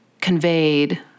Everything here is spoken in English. conveyed